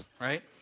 right